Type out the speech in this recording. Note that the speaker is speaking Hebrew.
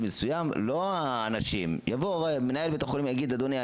מסוים לא האנשים מנהל בית החולים ויגיד: אדוני,